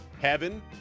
heaven